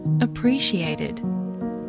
appreciated